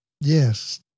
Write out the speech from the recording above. yes